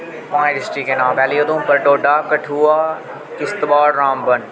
पंज डिस्ट्रीक्टें दे नाम पैह्ली उधमपुर डोडा कठुआ किश्तबाड़ रामबन